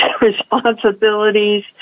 responsibilities